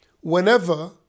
whenever